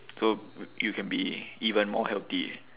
so you can be even more healthy